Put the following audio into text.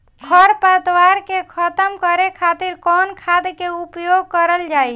खर पतवार के खतम करे खातिर कवन खाद के उपयोग करल जाई?